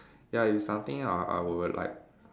ya it's something I I would like